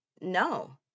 no